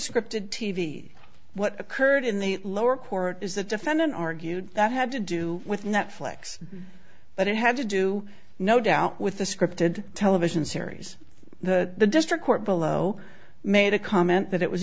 scripted t v what occurred in the lower court is the defendant argued that had to do with netflix but it had to do no doubt with the scripted television series the district court below made a comment that it was